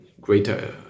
greater